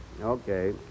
Okay